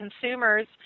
consumers